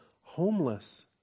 homeless